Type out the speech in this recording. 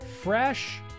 Fresh